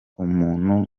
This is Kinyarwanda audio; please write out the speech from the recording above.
umuntu